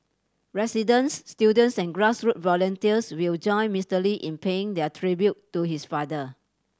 residents students and grassroot volunteers will join Mister Lee in paying their tribute to his father